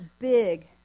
big